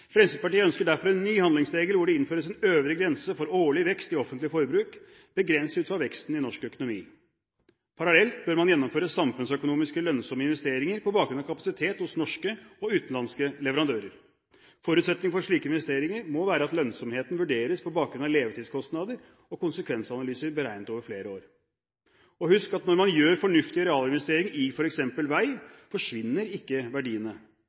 Fremskrittspartiet ønsker derfor en ny handlingsregel, hvor det innføres en øvre grense for årlig vekst i offentlig forbruk, begrenset ut fra veksten i norsk økonomi. Parallelt bør man gjennomføre samfunnsøkonomisk lønnsomme investeringer på bakgrunn av kapasitet hos norske og utenlandske leverandører. Forutsetningen for slike investeringer må være at lønnsomheten vurderes på bakgrunn av levetidskostnader og konsekvensanalyser beregnet over flere år. Og husk at når man gjør fornuftige realinvesteringer i f.eks. vei, forsvinner ikke verdiene.